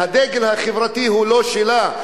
והדגל החברתי הוא לא שלה.